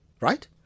right